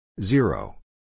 Zero